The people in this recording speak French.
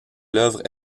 l’œuvre